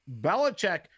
Belichick